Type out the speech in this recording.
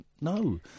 No